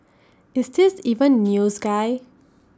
is this even news guy